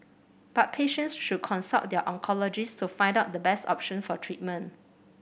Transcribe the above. but patients should consult their oncologist to find out the best option for treatment